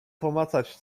pomacać